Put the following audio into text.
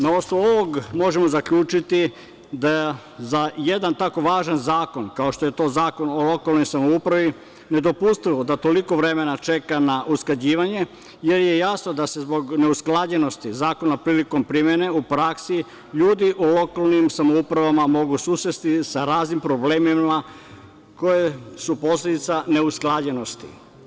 Na osnovu ovoga možemo zaključiti da za jedan tako važan zakon, kao što je to Zakon o lokalnoj samoupravi, nedopustivo je da toliko vremena čeka na usklađivanje, jer je jasno da se zbog neusklađenosti zakona prilikom primene u praksi ljudi u lokalnim samoupravama mogu susresti sa raznim problemima koji su posledica neusklađenosti.